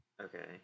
Okay